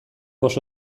oso